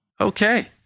Okay